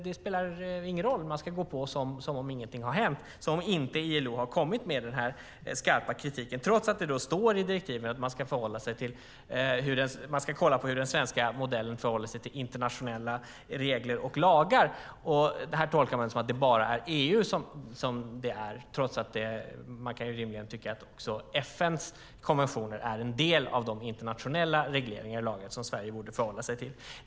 Det spelar ingen roll, utan man ska gå på som om ingenting har hänt, som om ILO inte har kommit med sin skarpa kritik, trots att det i direktivet står att man ska kolla hur den svenska modellen förhåller sig till internationella regler och lagar. Det tolkar man som att det bara gäller EU, trots att man rimligen kan tycka att också FN:s konventioner är en del av de internationella regleringar och lagar som Sverige borde förhålla sig till.